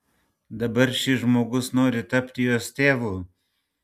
dabar šis žmogus nori tapti jos tėvu